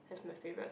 that's my favorite